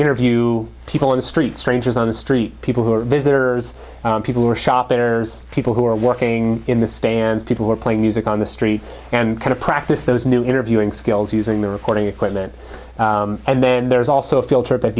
interview people on the street strangers on the street people who are visitors people who are shoppers people who are working in the stands people who are playing music on the street and kind of practice those new interviewing skills using the recording equipment and then there's also a field trip at